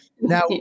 Now